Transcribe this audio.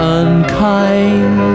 unkind